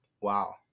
Wow